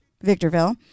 Victorville